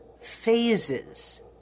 phases